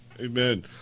Amen